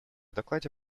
докладе